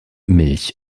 milch